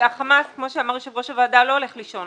החמאס, כמו שאמר יושב ראש הוועדה, לא הולך לישון